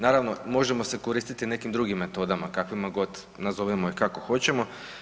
Naravno možemo se koristiti nekim drugim metodama kakvima god, nazovimo ih kako hoćemo.